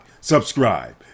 subscribe